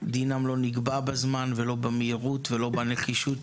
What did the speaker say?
דינם לא נקבע בזמן, לא במהירות ולא בנחישות